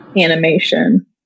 animation